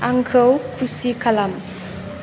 आंखौ खुसि खालाम